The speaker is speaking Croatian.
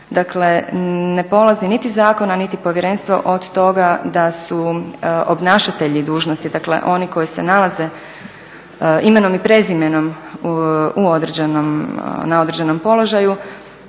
Dakle, ne polazi niti zakon, a niti povjerenstvo od toga da su obnašatelji dužnosti, dakle oni koji se nalaze imenom i prezimenom na određenom položaju